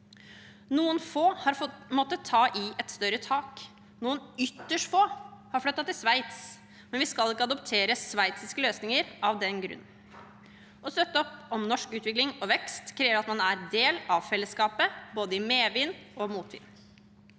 Noen få har måttet ta i et større tak. Noen ytterst få har flyttet til Sveits, men vi skal ikke adoptere sveitsiske løsninger av den grunn. Å støtte opp om norsk utvikling og vekst krever at man er en del av fellesskapet både i medvind og i motvind.